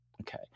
Okay